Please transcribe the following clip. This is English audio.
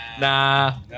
Nah